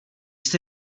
jsi